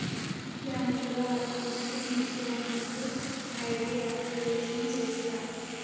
బ్యాంకులో అకౌంట్ కి net banking కి ఐడి యాక్టివేషన్ చేస్తరు